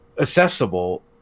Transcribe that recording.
accessible